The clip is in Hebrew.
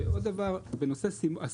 בנוסף,